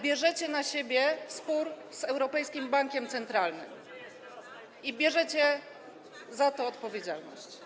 Bierzecie na siebie spór z Europejskim Bankiem Centralnym i bierzecie za to odpowiedzialność.